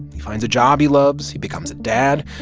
he finds a job he loves. he becomes a dad.